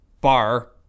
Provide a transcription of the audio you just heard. bar